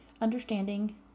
understanding